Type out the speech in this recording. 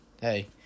hey